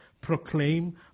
proclaim